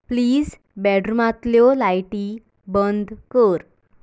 please बॅडरूमांतल्यो लायटी बंद कर